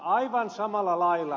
aivan samalla lailla